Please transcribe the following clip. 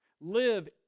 Live